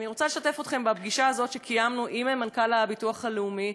אני רוצה לשתף אתכם בפגישה הזאת שקיימנו עם מנכ"ל הביטוח הלאומי,